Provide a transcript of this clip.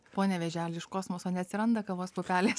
pone vėželi iš kosmoso neatsiranda kavos pupelės